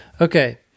Okay